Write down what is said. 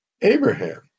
Abraham